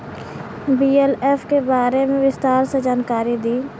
BLF के बारे में विस्तार से जानकारी दी?